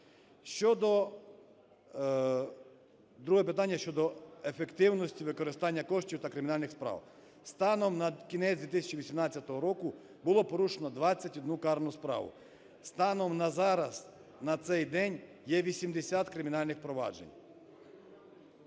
другого питання: щодо ефективності використання коштів та кримінальних справ. Станом на кінець 2018 року було порушено 21 карну справу. Станом на зараз, на цей день, є 80 кримінальних проваджень.